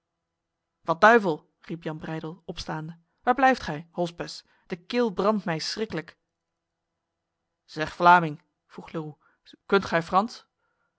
wat duivel riep jan breydel opstaande waar blijft gij hospes de keel brandt mij schriklijk zeg vlaming vroeg leroux kunt gij